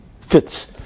Fits